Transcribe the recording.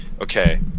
okay